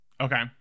okay